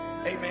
Amen